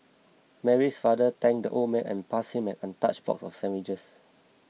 Mary's father thanked the old man and passed him an untouched box of sandwiches